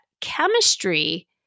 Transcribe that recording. chemistry